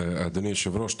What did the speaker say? אדוני היושב ראש,